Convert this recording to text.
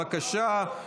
בבקשה.